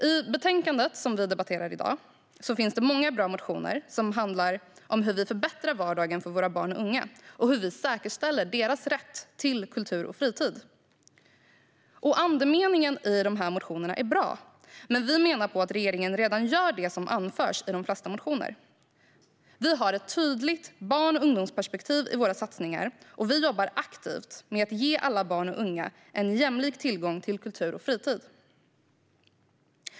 I betänkandet som vi debatterar i dag behandlas det många bra motioner som handlar om hur vi förbättrar vardagen för våra barn och unga och hur vi säkerställer deras rätt till kultur och fritid. Andemeningen i motionerna är bra, men vi menar att regeringen redan gör det som anförs i de flesta av dem. Vi har ett tydligt barn och ungdomsperspektiv i våra satsningar, och vi jobbar aktivt med att ge alla barn och unga en jämlik tillgång till kultur och fritid.